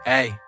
Hey